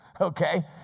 Okay